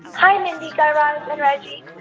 hi, mindy, guy raz and reggie.